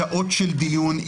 שעות של דיון,